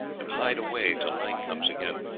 and hide away till night comes again.